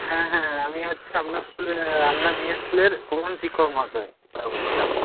হ্যাঁ হ্যাঁ আমি হচ্ছে আপনার স্কুলের আপনার মেয়ের স্কুলের প্রধান শিক্ষক মহাশয় কথা বলছিলাম